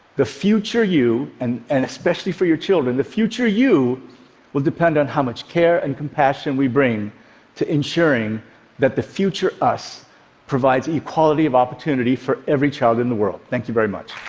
the future you and and especially for your children the future you will depend on how much care and compassion we bring to ensuring that the future us provides equality of opportunity for every child in the world. thank you very much.